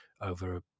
over